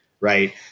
right